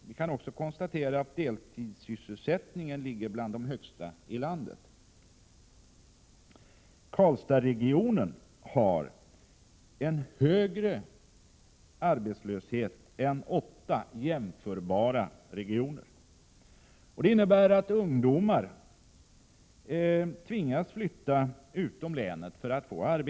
Vi kan också konstatera att deltidssysselsättningen ligger bland de högsta i landet. Karlstadsregionen har en högre arbetslöshet än åtta jämförbara regioner. Det innebär att ungdomar tvingas flytta utom länet för att få arbete. Väldigt 103 Prot.